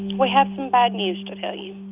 we have some bad news to tell you